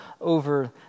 over